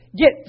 get